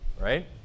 right